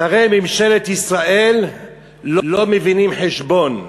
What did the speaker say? שרי ממשלת ישראל לא מבינים חשבון.